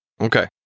Okay